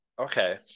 Okay